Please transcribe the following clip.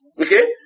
Okay